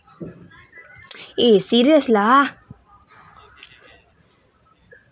eh serious lah